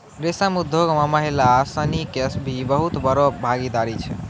रेशम उद्योग मॅ महिला सिनि के भी बहुत बड़ो भागीदारी छै